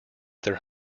their